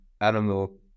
animal